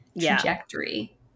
trajectory